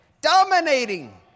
Dominating